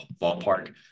ballpark